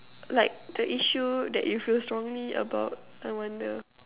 like the issue that you feel strongly about I wonder